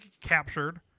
captured